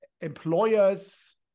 employers